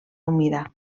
humida